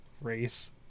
race